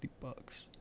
bucks